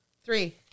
Three